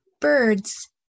birds